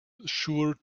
sure